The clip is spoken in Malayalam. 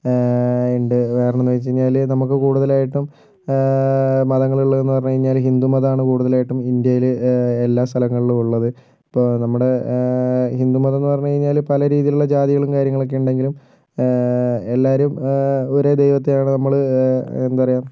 ഉണ്ട് കാരണം എന്ന് വച്ച് കഴിഞ്ഞാൽ നമുക്ക് കൂടുതലായിട്ടും മതങ്ങൾ ഉള്ളതെന്നു പറഞ്ഞു കഴിഞ്ഞാൽ ഹിന്ദുമതമാണ് കൂടുതലായിട്ടും ഇന്ത്യയിൽ എല്ലാ സ്ഥലങ്ങളിലും ഉള്ളത് ഇപ്പോൾ നമ്മുടെ ഹിന്ദുമതം എന്ന് പറഞ്ഞു കഴിഞ്ഞാൽ പല രീതിയിലുള്ള ജാതികളും കാര്യങ്ങളൊക്കെ ഉണ്ടെങ്കിലും എല്ലാവരും ഒരേ ദൈവത്തെയാണ് നമ്മൾ എന്താ പറയുക